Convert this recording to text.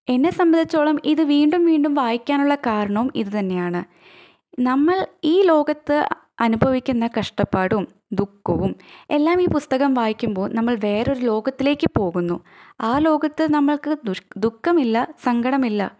എന്നെ സംബന്ധിച്ചോളം ഇത് വീണ്ടും വീണ്ടും വായിക്കാനുള്ള കാരണവും ഇതു തന്നെയാണ് നമ്മള് ഈ ലോകത്ത് അനുഭവിക്കുന്ന കഷ്ടപ്പാടും ദുഖവും എല്ലാം ഈ പുസ്തകം വായിക്കുമ്പോൾ നമ്മള് വേറൊരു ലോകത്തിലേക്ക് പോകുന്നു ആ ലോകത്ത് നമ്മള്ക്ക് ദുശ് ദുഃഖമില്ല സങ്കടമില്ല